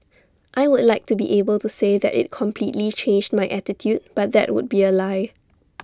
I would like to be able to say that IT completely changed my attitude but that would be A lie